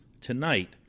tonight